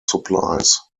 supplies